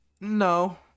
No